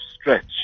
stretch